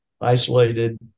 isolated